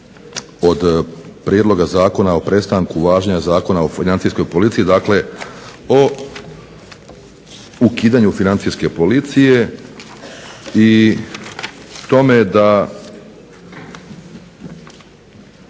o Prijedlogu zakona o prestanku važenja Zakona o Financijskoj policiji dakle o ukidanju Financijske policije i k tome da